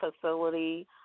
facility